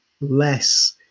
less